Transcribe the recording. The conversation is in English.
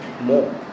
more